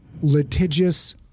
litigious